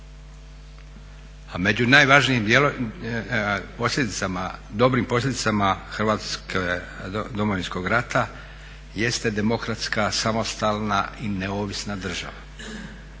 A među najvažnijim dobrim posljedicama Domovinskog rata jeste demokratska, samostalna i neovisna država.